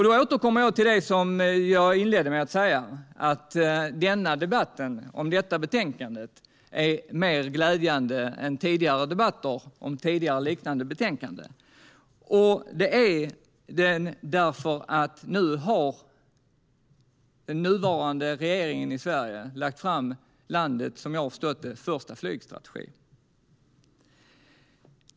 Då återkommer jag till det som jag inledde med att säga, alltså att debatten om det här betänkandet är mer glädjande än tidigare debatter om tidigare, liknande betänkanden. Så är det därför att nu har Sveriges nuvarande regering lagt fram landets, som jag har förstått det, första flygstrategi.